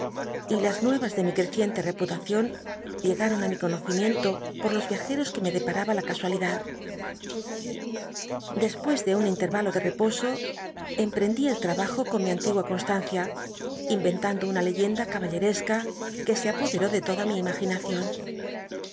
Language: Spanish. y las nuems de mi creciente eputacion llegaron á mi conocimiento por los viajeros que me depmaba la casualidad despues de un intervalo de eposo emprendí el trabajo con mi antigu l con tancia imentando una leyenda caballe esca que se apoderó de toda mi imaginacion